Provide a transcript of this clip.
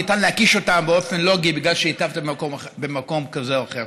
ניתן להקיש אותם באופן לוגי בגלל שהיטבת במקום כזה או אחר.